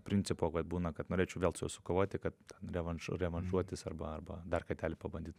principo vat būna kad norėčiau vėl su sukovoti kad revanš revanšuotis arba arba dar kartelį pabandyt